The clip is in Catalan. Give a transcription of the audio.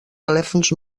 telèfons